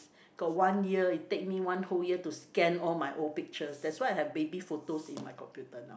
got one year it take me one whole year to scan all my old pictures that's why I have baby photos in my computer now